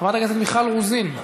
חברת הכנסת מיכל רוזין,